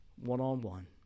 one-on-one